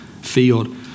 field